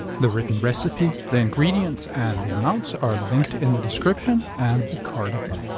the written recipe, the ingredients and the amounts are linked in the description and the card above.